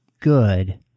good